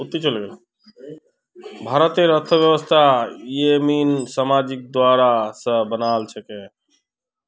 भारतेर अर्थव्यवस्था ययिंमन सामाजिक ढांचा स बनाल छेक